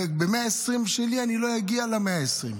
וב-120 שלי אני לא אגיע ל-120.